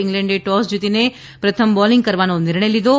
ઇંગ્લેન્ડે ટોસ જીતીને પ્રથમ બોલિંગ કરવાનો નિર્ણય લીધો છે